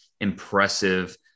impressive